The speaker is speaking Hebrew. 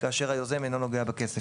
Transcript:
כאשר היוזם אינו נוגע בכסף.